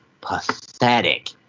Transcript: pathetic